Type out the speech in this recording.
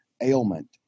ailment